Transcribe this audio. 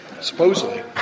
Supposedly